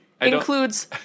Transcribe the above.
Includes